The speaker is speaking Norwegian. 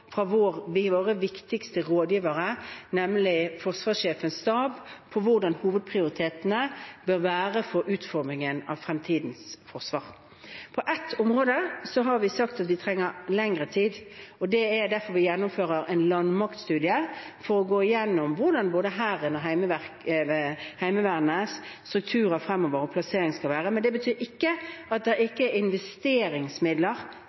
vi har fått fra våre viktigste rådgivere, nemlig forsvarssjefens stab, for hvordan hovedprioritetene bør være for utformingen av fremtidens forsvar. På ett område har vi sagt at vi trenger lengre tid, og det er derfor vi gjennomfører en landmaktstudie for å gå igjennom hvordan både Hærens og Heimevernets strukturer og plassering skal være fremover. Men det betyr ikke at